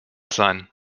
sein